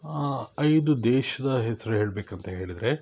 ಐದು ದೇಶದ ಹೆಸ್ರು ಹೇಳ್ಬೇಕು ಅಂತ ಹೇಳಿದರೆ